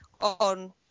on